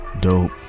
dope